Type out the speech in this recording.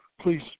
Please